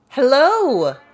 Hello